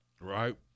right